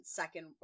second